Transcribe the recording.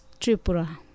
Tripura